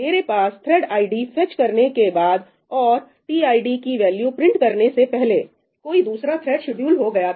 मेरे thread ID fetch करने के बाद तथा टीआईडी की वैल्यू प्रिंट करने से पहले कोई दूसरा थ्रेड शेड्यूल हो गया था